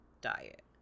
diet